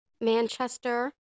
Manchester